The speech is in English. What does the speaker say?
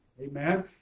Amen